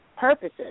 Purposes